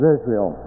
Israel